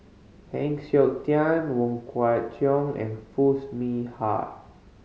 Heng Siok Tian Wong Kwei Cheong and Foo Mee Har